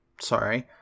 Sorry